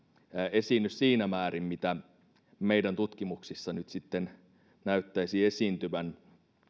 esiinny siinä määrin mitä meidän tutkimuksissa nyt sitten näyttäisi esiintyvän